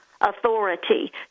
authority